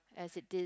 as it is